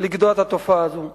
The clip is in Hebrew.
לגדוע את התופעה הזאת.